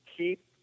Keep